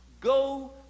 go